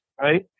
Right